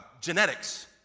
genetics